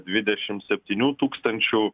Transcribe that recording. dvidešimt septynių tūkstančių